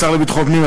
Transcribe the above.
השר לביטחון הפנים,